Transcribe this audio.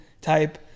type